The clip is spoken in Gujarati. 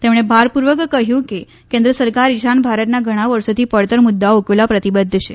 તેમણે ભારપૂર્વક કહ્યું કે કેન્દ્ર સરકાર ઈશાન ભારતના ઘણા વર્ષોથી પડતર મુદ્દાઓ ઉકેલવા પ્રતિબદ્ધ છે